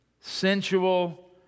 sensual